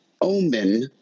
omen